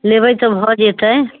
लेबै तऽ भऽ जेतै